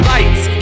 Lights